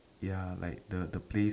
ya like the the play